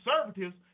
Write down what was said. conservatives